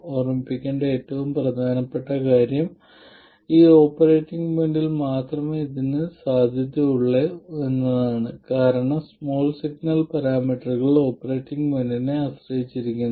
ഓർമ്മിക്കേണ്ട ഏറ്റവും പ്രധാനപ്പെട്ട കാര്യം ഈ ഓപ്പറേറ്റിംഗ് പോയിന്റിൽ മാത്രമേ ഇത് സാധുതയുള്ളൂ എന്നതാണ് കാരണം സ്മാൾ സിഗ്നൽ പാരാമീറ്ററുകൾ ഓപ്പറേറ്റിംഗ് പോയിന്റിനെ ആശ്രയിച്ചിരിക്കുന്നു